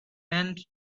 bent